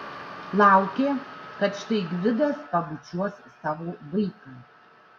laukė kad štai gvidas pabučiuos savo vaiką